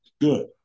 good